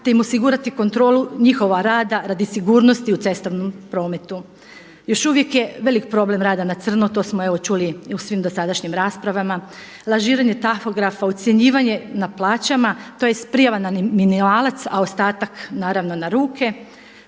te im osigurati kontrolu njihova rada radi sigurnosti u cestovnom prometu. Još uvijek je veliki problem rada na crno, to smo evo čuli i u svim dosadašnjim raspravama, lažiranje tahografa, ucjenjivanje na plaćama, tj. prijava na minimalac a ostatak naravno na ruke.